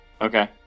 Okay